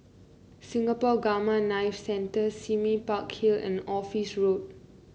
Singapore Gamma Knife Center Sime Park Hill and Office Road